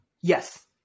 Yes